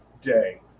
day